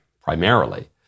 primarily